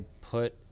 put